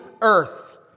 earth